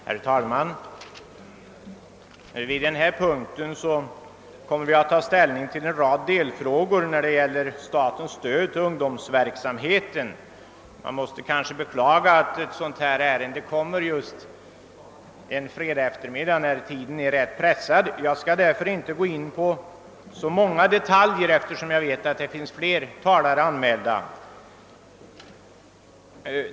Herr talman! Under denna punkt skall vi ta ställning till en rad delfrågor som gäller statens stöd till ungdomsverksamheten. Jag måste beklaga att ett sådant ärende kommer upp just en fredagseftermiddag, när tidsschemat är pressat. Jag skall inte gå in på så många detaljer, eftersom jag vet att det finns flera talare anmälda.